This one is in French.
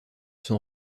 sont